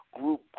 group